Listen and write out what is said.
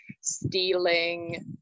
stealing